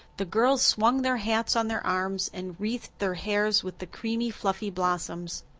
the girls swung their hats on their arms and wreathed their hair with the creamy, fluffy blossoms.